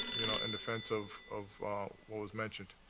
you know, in defense of of what was mentioned.